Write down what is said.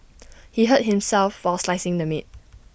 he hurt himself while slicing the meat